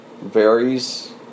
varies